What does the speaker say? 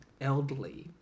elderly